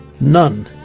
none,